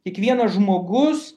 kiekvienas žmogus